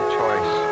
choice